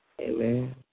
Amen